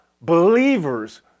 believers